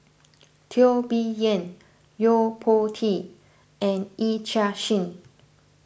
Teo Bee Yen Yo Po Tee and Yee Chia Hsing